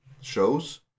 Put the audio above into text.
shows